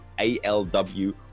alw